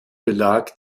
belag